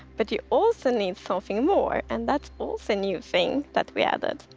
but you also need something more. and that's also a new thing that we added.